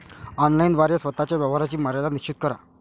online द्वारे स्वतः च्या व्यवहाराची मर्यादा निश्चित करा